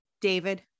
David